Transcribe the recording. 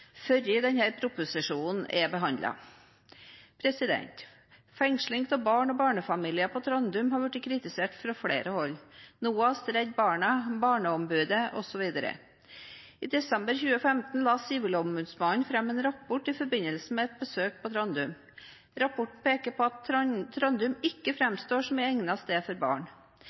før denne proposisjonen er behandlet. Fengsling av barn og barnefamilier på Trandum har blitt kritisert fra flere hold – NOAS, Redd Barna, Barneombudet osv. I desember 2015 la Sivilombudsmannen fram en rapport i forbindelse med et besøk på Trandum. Rapporten peker på at Trandum ikke framstår som et egnet sted for barn.